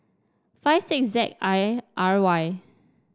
five six Z I R Y